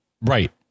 right